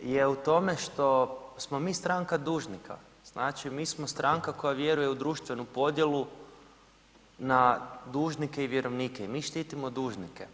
je u tome što mi stranka dužnika, znači mi smo stranka koja vjeruje u društvenu podjelu na dužnike i vjerovnike i mi štitimo dužnike.